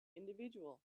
individual